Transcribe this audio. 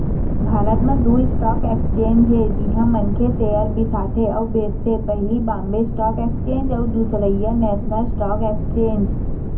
भारत म दू stock exchange हे जिहाँ मनखे सेयर बिसाथे अउ बेंचथे पहिली बॉम्बे स्टॉक एक्सचेंज अउ दूसरइया नेसनल स्टॉक एक्सचेंज